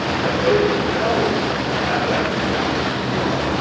that, though the stones, as at deucalion's flood,